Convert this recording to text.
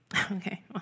Okay